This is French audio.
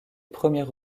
premiers